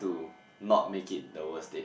to not make it the worst date